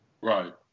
Right